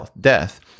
death